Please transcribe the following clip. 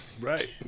right